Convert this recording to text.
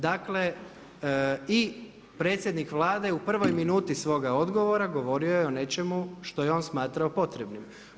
Dakle predsjednik Vlade u prvoj minuti svoga odgovora govorio je o nečemu što je on smatrao potrebnim.